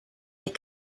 les